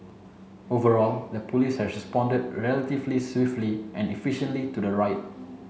overall the police has responded relatively swiftly and efficiently to the riot